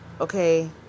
Okay